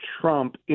Trump